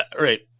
right